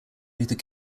luther